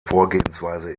vorgehensweise